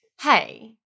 hey